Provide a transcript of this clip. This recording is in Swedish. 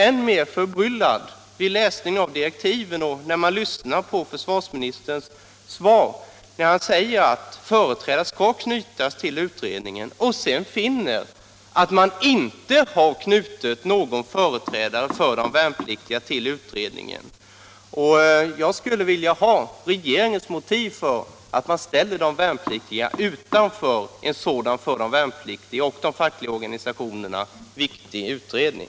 Man blir också förbryllad när man läser i direktiven och när nu försvarsministern i sitt svar säger att företrädare för de värnpliktiga skall knytas till utredningen och sedan finner att man inte har knutit någon sådan företrädare för de värnpliktiga till den. Jag skulle vilja få regeringens motiv för att ställa de värnpliktiga utanför en sådan för dem och de fackliga organisationerna viktig utredning.